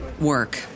work